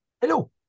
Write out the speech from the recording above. Hello